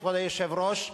כבוד היושב-ראש,